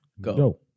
go